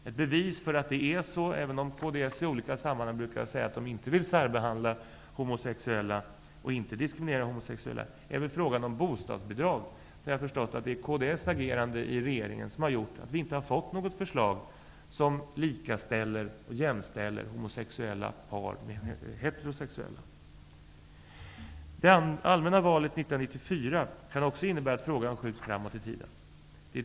Ett bevis för att det är så, även om kds i olika sammanhang brukar säga att man inte vill särbehandla och diskriminera homosexuella, är vad som förekommit i frågan om bostadsbidrag. Jag har förstått att det är kds agerande i regeringen som har gjort att vi inte har fått något förslag som jämställer homosexuella par med heterosexuella par. Också det allmänna valet 1994 kan innebära att frågan skjuts framåt i tiden.